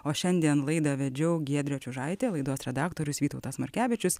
o šiandien laidą vedžiau giedrė čiužaitė laidos redaktorius vytautas markevičius